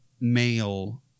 male